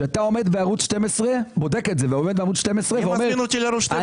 שאתה בודק את זה ועומד בערוץ 12 ואומר --- מי מזמין אותי לערוץ 12?